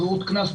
בררות קנס,